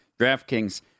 DraftKings